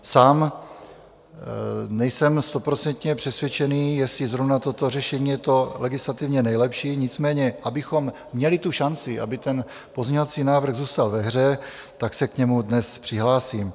Sám nejsem stoprocentně přesvědčený, jestli zrovna toto řešení je to legislativně nejlepší, nicméně abychom měli šanci, aby ten pozměňovací návrh zůstal ve hře, tak se k němu dnes přihlásím.